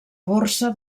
borsa